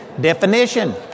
definition